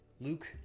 Luke